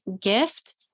gift